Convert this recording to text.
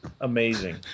amazing